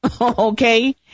Okay